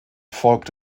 folgt